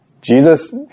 Jesus